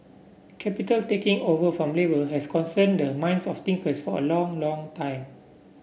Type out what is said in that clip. capital taking over from labour has concerned the minds of thinkers for a long long time